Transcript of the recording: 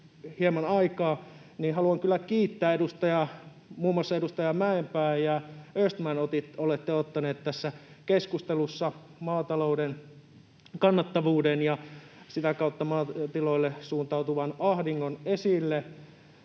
hieman aikaa, haluan kyllä kiittää muun muassa edustajia Mäenpää ja Östman. Olette ottaneet tässä keskustelussa maatalouden kannattavuuden ja sitä kautta maatiloille suuntautuvan ahdingon esille.